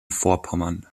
vorpommern